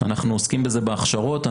אנחנו עוסקים בזה בהכשרות,